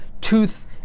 tooth